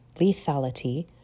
lethality